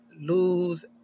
lose